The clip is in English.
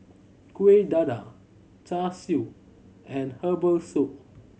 Kuih Dadar Char Siu and herbal soup